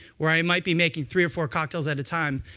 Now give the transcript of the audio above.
where i might be making three or four cocktails at a time.